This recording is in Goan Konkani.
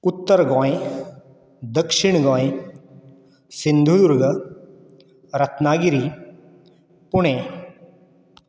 उत्तर गोंय दक्षीण गोंय सिंधुदुर्ग रत्नागिरी पुणे